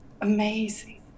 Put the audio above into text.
amazing